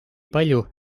palju